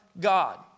God